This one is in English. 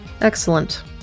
Excellent